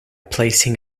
placing